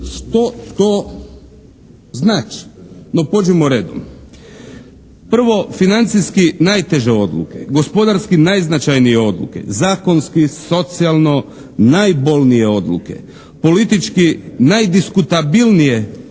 što to znači. No, pođimo redom. Prvo financijske najteže odluke, gospodarski najznačajnije odluke. Zakonski, socijalno najbolnije odluke. Politički najdiskutabilnije odluke